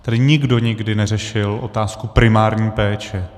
Tady nikdo nikdy neřešil otázku primární péče.